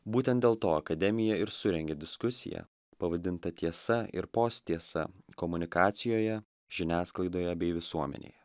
būtent dėl to akademija ir surengė diskusiją pavadintą tiesa ir post tiesa komunikacijoje žiniasklaidoje bei visuomenėje